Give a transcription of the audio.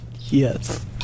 Yes